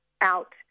out